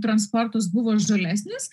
transportas buvo žalesnis